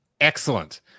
Excellent